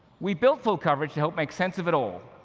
we built full coverage to help make sense of it all,